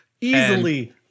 Easily